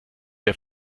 der